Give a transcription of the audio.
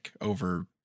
over